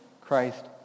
Christ